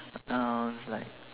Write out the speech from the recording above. nouns like